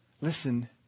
Listen